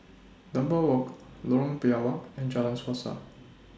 Dunbar Walk Lorong Biawak and Jalan Suasa